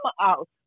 out